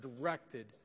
directed